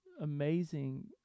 amazing